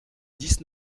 dix